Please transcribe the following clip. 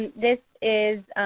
and this is